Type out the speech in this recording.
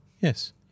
Yes